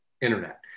internet